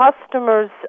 customers